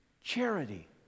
Charity